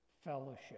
fellowship